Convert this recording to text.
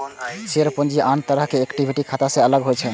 share पूंजी आन तरहक इक्विटी खाता सं अलग होइ छै